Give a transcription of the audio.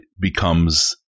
becomes